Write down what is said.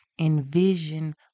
envision